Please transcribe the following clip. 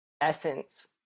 essence